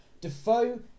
Defoe